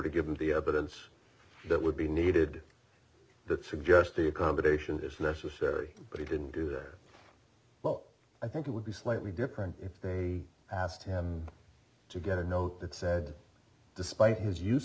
to give them the evidence that would be needed that suggested accommodation dishwasher sherry but it didn't do there well i think it would be slightly different if they asked him to get a note that said despite his use